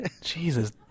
Jesus